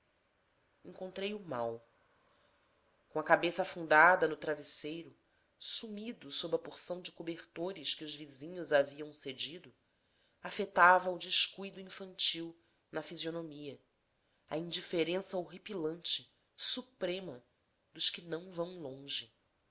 alvas encontrei-o mal com a cabeça afundada no travesseiro sumido sob a porção de cobertores que os vizinhos haviam cedido afetava o descuido infantil na fisionomia a indiferença horripilante suprema dos que não vão longe